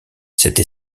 cette